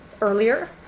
earlier